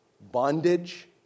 bondage